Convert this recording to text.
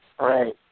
Right